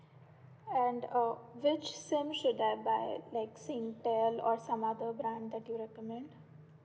and uh which SIM should I buy at like Singtel or some other brand that you recommend